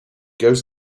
goes